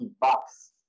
Bucks